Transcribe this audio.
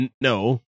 no